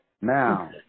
Now